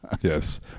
yes